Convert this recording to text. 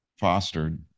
fostered